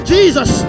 Jesus